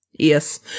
Yes